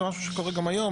זה משהו שקורה גם היום.